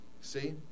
See